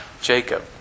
Jacob